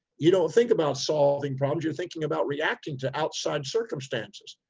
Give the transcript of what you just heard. you don't think about solving problems, you're thinking about reacting to outside circumstances.